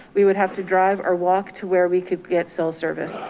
we would have to drive or walk to where we could get cell service.